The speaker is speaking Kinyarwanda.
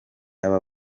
aba